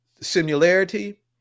Similarity